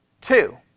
Two